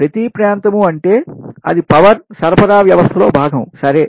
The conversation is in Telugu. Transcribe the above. ప్రతి ప్రాంతం అంటే అది పవర్ విద్యుత్ సరఫరా వ్యవస్థలో భాగం సరే